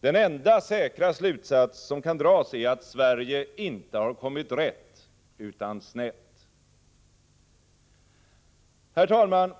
Den enda säkra slutsats som kan dras är att Sverige inte har kommit rätt utan snett. Herr talman!